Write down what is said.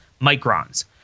microns